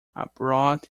abroad